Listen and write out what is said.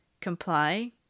comply